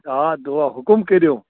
آ دُعا حُکم کٔرِو